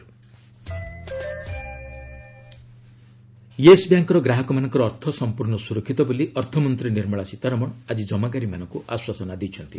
Yes Bank FM Yes ବ୍ୟାଙ୍କ୍ର ଗ୍ରାହକମାନଙ୍କର ଅର୍ଥ ସମ୍ପର୍ଶ୍ଣ ସୁରକ୍ଷିତ ବୋଲି ଅର୍ଥମନ୍ତ୍ରୀ ନିର୍ମଳା ସୀତାରମଣ ଆଜି ଜମାକାରୀମାନଙ୍କୁ ଆଶ୍ୱାସନା ଦେଇଛନ୍ତି